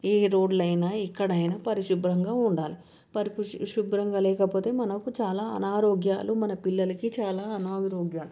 ఏ రోడ్డులు అయినా ఎక్కడైనా పరిశుభ్రంగా ఉండాలి పరిశుభ్రంగా లేకపోతే మనకు చాలా అనారోగ్యాలు మన పిల్లలకి చాలా అనారోగ్యాలు